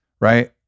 right